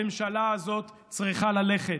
הממשלה הזאת צריכה ללכת.